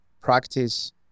practice